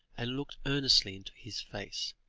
and looked earnestly into his face.